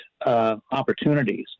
opportunities